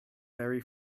very